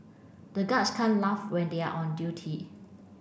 the guards can't laugh when they are on duty